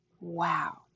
Wow